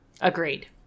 Agreed